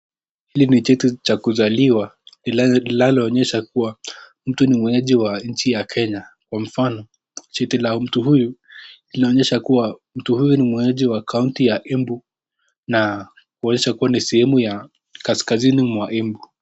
Hili ni cheti cha kuzaliwa inalo onyesha kua mtu ni mwenyeji wa nchi ya Kenya. Kwa mfano, cheti la mtu huyu linaonyesha kua, mtu huyu ni mwenyeji wa kaunti ya embu na huweza kua ni sehemu ya kaskazini mwa Embu.